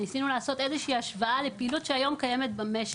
וניסינו לעשות איזו שהיא השוואה לפעילות שקיימת היום במשק.